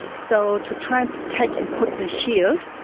so to try and protect and put the shield,